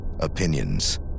Opinions